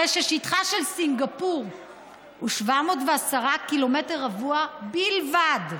הרי ששטחה של סינגפור הוא 710 קמ"ר בלבד,